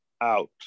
out